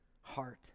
heart